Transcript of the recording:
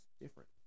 different